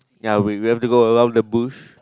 ya we we have to go around the bush